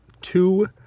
Two